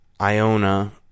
Iona